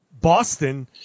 Boston